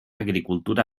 agricultura